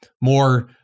more